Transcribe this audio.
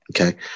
Okay